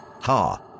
Ha